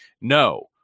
no